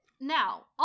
Now